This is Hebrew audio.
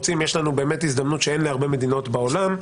יש לנו הזדמנות שאין להרבה מדינות בעולם,